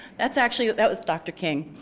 that's actually that was dr. king.